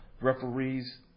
referees